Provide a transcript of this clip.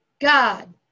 God